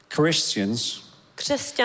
Christians